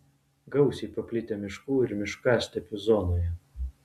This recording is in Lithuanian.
gausiai paplitę miškų ir miškastepių zonoje